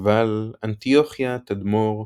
גבל, אנטיוכיה, תדמור,